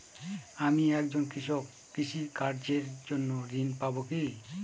আমি একজন কৃষক কৃষি কার্যের জন্য ঋণ পাব কি?